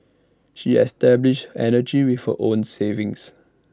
she established energy with her own savings